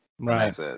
Right